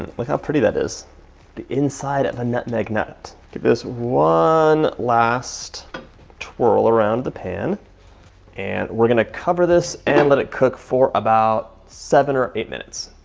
look how pretty that is the inside of a nutmeg nut. to this one last twirl around the pan and we're gonna cover this and let it cook for about seven or eight minutes.